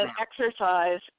exercise